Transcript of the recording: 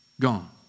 gone